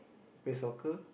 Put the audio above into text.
play soccer